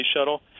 shuttle